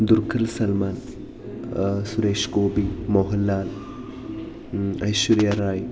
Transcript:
Dulquer Salmaan Suresh Gopi Mohanlal Aishwarya Rai